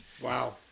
wow